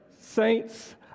Saints